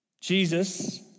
Jesus